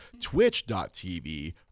twitch.tv